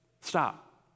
stop